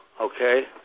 okay